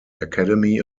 academy